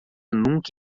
nunca